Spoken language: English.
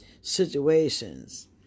situations